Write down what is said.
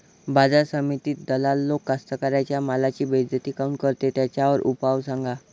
बाजार समितीत दलाल लोक कास्ताकाराच्या मालाची बेइज्जती काऊन करते? त्याच्यावर उपाव सांगा